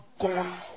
gone